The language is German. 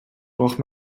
braucht